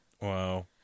Wow